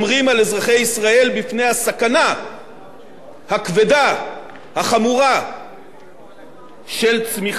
מפני הסכנה הכבדה והחמורה של צמיחה שלילית